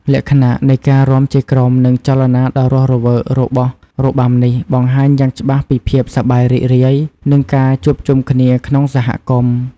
លក្ខណៈនៃការរាំជាក្រុម និងចលនាដ៏រស់រវើករបស់របាំនេះ បង្ហាញយ៉ាងច្បាស់ពីភាពសប្បាយរីករាយ និងការជួបជុំគ្នាក្នុងសហគមន៍។